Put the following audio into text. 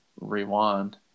rewind